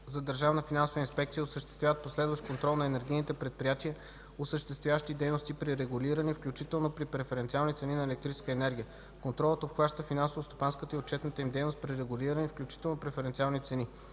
за държавна финансова инспекция осъществяват последващ контрол на енергийните предприятия, осъществяващи дейности при регулирани, включително при преференциални цени на електрическа енергия. Контролът обхваща финансово-стопанската и отчетната им дейност при регулирани, включително преференциални цени.